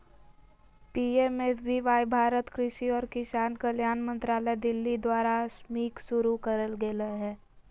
PMFBY Bharat कृषि और किसान कल्याण मंत्रालय दिल्ली द्वारास्कीमशुरू करल गेलय हल